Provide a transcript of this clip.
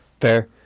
Fair